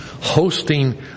hosting